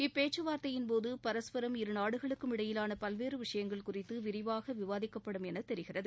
இப்பேச்சுவார்த்தையின்போது பரஸ்பரம் இருநாடுகளுக்கும் இடையிலான பல்வேறு விஷயங்கள் குறித்து விரிவாக விவாதிக்கப்படும் என தெரிகிறது